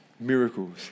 miracles